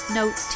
note